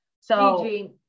So-